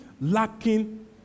lacking